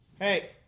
Hey